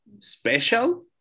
special